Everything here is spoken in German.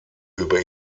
über